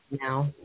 now